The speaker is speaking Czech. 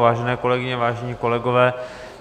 Vážené kolegyně, vážení kolegové,